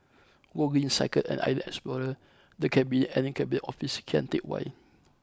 Gogreen Cycle and Island Explorer The Cabinet and Cabinet Office Kian Teck Way